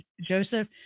joseph